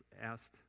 asked